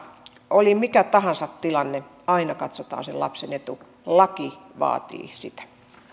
oli mikä tahansa tilanne aina katsotaan sen lapsen etu laki vaatii sitä